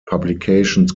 publications